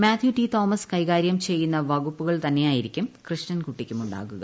Mathew T Thomas കൈകാര്യം ചെയ്യുന്ന വകുപ്പുകൾ തന്നെയായിരിക്കും കൃഷ്ണൻകുട്ടിക്കുമുണ്ടാകുക